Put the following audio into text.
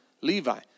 Levi